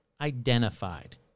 identified